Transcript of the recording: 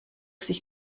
sich